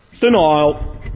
Denial